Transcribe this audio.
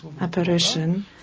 apparition